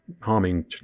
harming